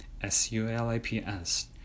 s-u-l-i-p-s